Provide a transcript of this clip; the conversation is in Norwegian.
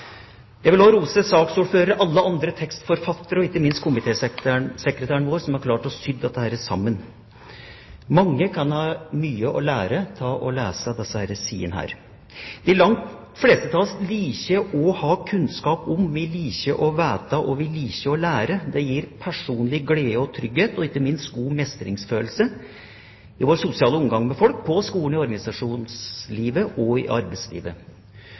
Jeg vil også rose saksordfører og alle andre tekstforfattere, og ikke minst komitésekretæren vår som har klart å sy dette sammen. Mange kan ha mye å lære av å lese disse sidene. De langt fleste av oss liker å ha kunnskap, vi liker å vite og vi liker å lære. Det gir personlig glede og trygghet og ikke minst god mestringsfølelse i vår sosiale omgang med folk, på skole, i organisasjonslivet og i arbeidslivet.